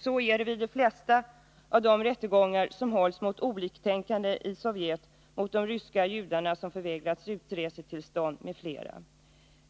Så är det vid de flesta av de rättegångar som hålls mot oliktänkande i Sovjet, mot de ryska judar som har förvägrats utresetillstånd m.fl.